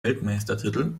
weltmeistertitel